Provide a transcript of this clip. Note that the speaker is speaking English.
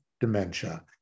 dementia